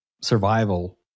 survival